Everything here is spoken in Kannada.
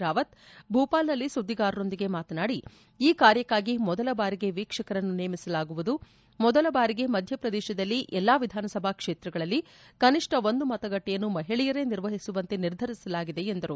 ರಾವತ್ ಭೂಪಾಲ್ನಲ್ಲಿ ಸುದ್ದಿಗಾರರೊಂದಿಗೆ ಮಾತನಾಡಿ ಈ ಕಾರ್ಯಕ್ಕಾಗಿ ಮೊದಲ ಬಾರಿಗೆ ವೀಕ್ಷಕರನ್ನು ನೇಮಿಸಲಾಗುವುದು ಮೊದಲ ಬಾರಿಗೆ ಮಧ್ಯಪ್ರದೇಶದಲ್ಲಿ ಎಲ್ಲಾ ವಿಧಾನಸಭಾ ಕ್ಷೇತ್ರಗಳಲ್ಲಿ ಕನಿಷ್ಠ ಒಂದು ಮತಗಟ್ಟೆಯನ್ನು ಮಹಿಳೆಯರೇ ನಿರ್ವಹಿಸುವಂತೆ ನಿರ್ಧರಿಸಲಾಗಿದೆ ಎಂದರು